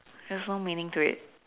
there's no meaning to it